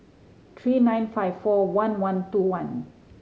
three nine five four one one two one